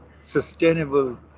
sustainable